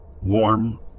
warm